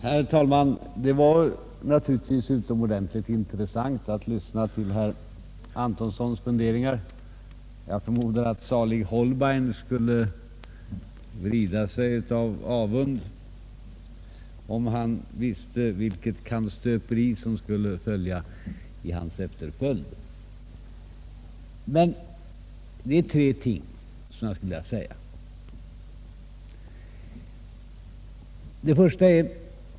Herr talman! Det var naturligtvis utomordentligt intressant att lyssna till herr Antonssons funderingar — jag förmodar att salig Holberg skulle vrida sig en aning om han visste vilket kannstöperi som hans exempel skulle få till efterföljd. Men det är tre ting som jag skulle vilja framhålla.